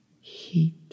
Heat